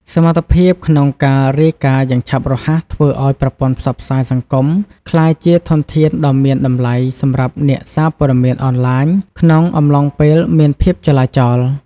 សមត្ថភាពក្នុងការរាយការណ៍យ៉ាងឆាប់រហ័សធ្វើឱ្យប្រព័ន្ធផ្សព្វផ្សាយសង្គមក្លាយជាធនធានដ៏មានតម្លៃសម្រាប់អ្នកសារពត័មានអនឡាញ ក្នុងអំឡុងពេលមានភាពចលាចល។